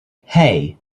hey